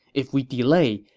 if we delay,